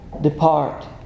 depart